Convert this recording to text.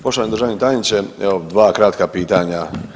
Poštovani državni tajniče, evo 2 kratka pitanja.